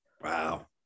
Wow